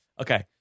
Okay